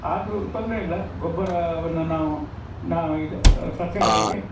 ಆದರು ತೊಂದರೆಯಿಲ್ಲ ಗೊಬ್ಬರವನ್ನು ನಾವು ನಾ ಇದು ಸಸ್ಯಗಳಿಗೆ